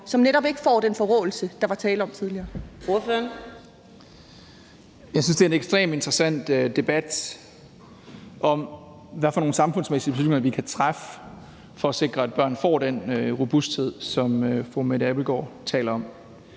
vi netop ikke får den forråelse, der blev talt om tidligere?